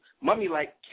mummy-like